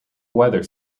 weather